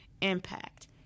impact